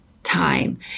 time